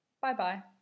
bye-bye